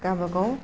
गावबागाव